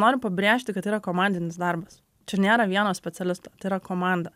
noriu pabrėžti kad tai yra komandinis darbas čia nėra vieno specialisto tai yra komanda